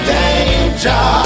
danger